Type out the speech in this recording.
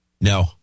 No